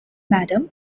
madam